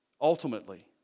ultimately